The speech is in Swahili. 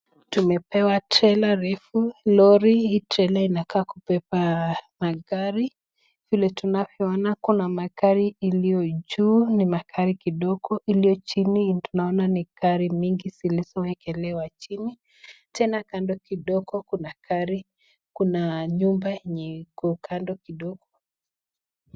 Tumepewa trela refu lorry. Hii trela inakaa kubeba magari, vile tunavyoona Kuna makagari iliyo juu, ni magari kidogo, iliyo chini tunaona gari mingi ziliyowekelewa chini, tena kando kidogo kuna gari kuna nyumba lenye iko kando kidogo.